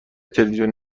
تلویزیون